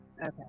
okay